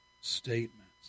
statements